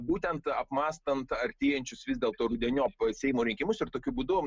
būtent apmąstant artėjančius vis dėlto rudeniop seimo rinkimus ir tokiu būdu